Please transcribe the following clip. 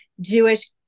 Jewish